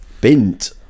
Bint